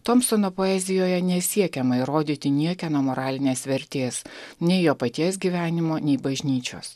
tomsono poezijoje nesiekiama įrodyti niekieno moralinės vertės nei jo paties gyvenimo nei bažnyčios